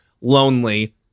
lonely